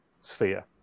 sphere